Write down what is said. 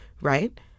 right